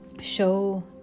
show